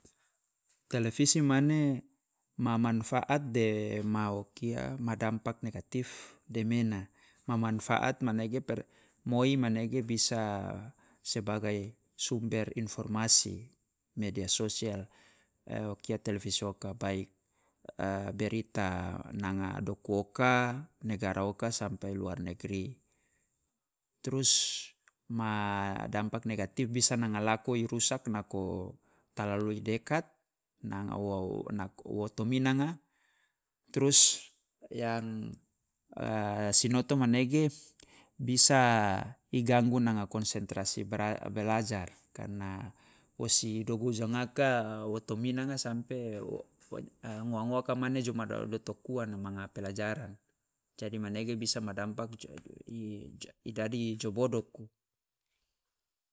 Televisi mane ma manfaat de ma wo kia ma dampak negatif demena, ma manfaat manege pert moi manege bisa sebagai sumber informasi media sosial, o kia televisi oka, baik berita nanga doku oka, negara oka sampe luar negeri. Trus ma dampak negatif bisa nanga lako i rusak nako talalu dekat nanga ua o to minanga, trus yang sinoto manege bisa i ganggu nanga konsentrasi bra- belajar karena wo si dogu jongaka wo to minanga sampe wo- wo- ngowa ngowaka mane jo do- dotok ua manga pelajaran, jadi manege bisa ma dampak jo jo i dadi jo bodoko.